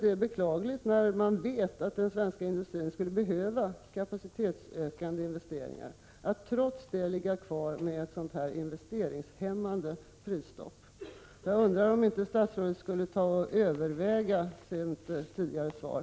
Det är beklagligt, när man vet att den svenska industrin skulle behöva kapacitetsökande investeringar, att regeringen trots det ligger kvar med ett investeringshämmande prisstopp. Jag undrar om inte statsrådet borde ta och överväga sitt tidigare svar.